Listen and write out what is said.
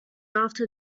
after